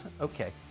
Okay